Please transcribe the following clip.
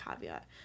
caveat